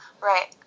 Right